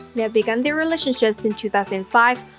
they have begun their relationship since two thousand and five.